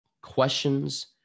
Questions